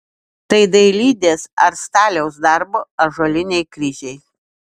tai dailidės ar staliaus darbo ąžuoliniai kryžiai